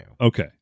Okay